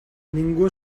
ningú